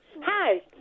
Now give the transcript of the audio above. Hi